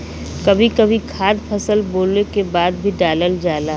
कभी कभी खाद फसल बोवले के बाद भी डालल जाला